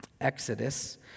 Exodus